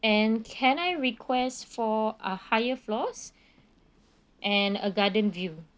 and can I request for uh higher floors and a garden view